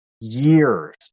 years